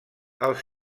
als